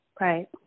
Right